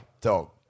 dog